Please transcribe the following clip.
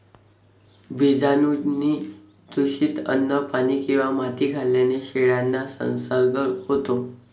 बीजाणूंनी दूषित अन्न, पाणी किंवा माती खाल्ल्याने शेळ्यांना संसर्ग होतो